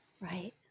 Right